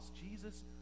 Jesus